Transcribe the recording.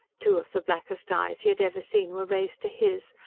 two of the blackest eyes he had ever seen were raised to his,